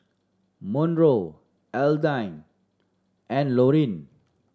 Monroe Alden and Lorrie